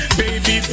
baby